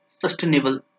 sustainable